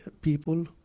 people